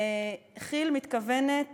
כי"ל מתכוונת